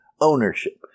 ownership –